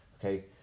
okay